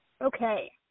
Okay